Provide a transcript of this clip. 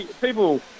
people